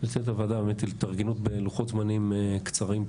ולצוות הוועדה על התארגנות בלוחות זמנים קצרים.